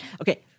Okay